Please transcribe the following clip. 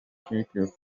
quickly